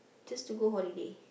just to go holiday